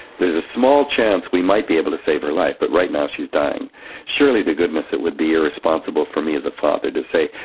there's a small chance we might be able to save her life, but right now she's dying surely to goodness it would be irresponsible for me as a father to say,